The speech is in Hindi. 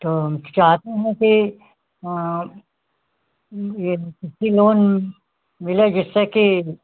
तो हम चाहते हैं कि यह कृषि लोन उन मिले जिससे कि